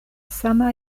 sama